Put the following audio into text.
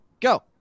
Go